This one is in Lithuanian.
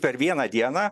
per vieną dieną